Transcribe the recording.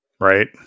Right